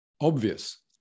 obvious